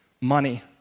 money